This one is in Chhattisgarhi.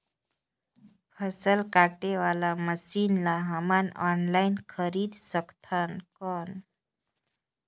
फसल काटे वाला मशीन ला हमन ऑनलाइन खरीद सकथन कौन?